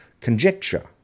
conjecture